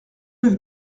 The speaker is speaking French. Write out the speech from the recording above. neuf